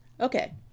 Okay